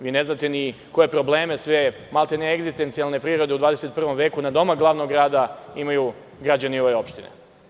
Vi ne znate ni koje probleme, maltene egzistencijalne prirode u 21. veku nadomak glavnog grada imaju građani ove opštine.